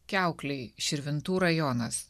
kiaukliai širvintų rajonas